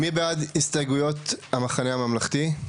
מי בעד הסתייגויות "המחנה הממלכתי"?